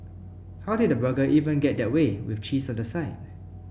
how did the burger even get that way with cheese on the side